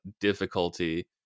difficulty